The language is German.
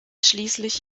schließlich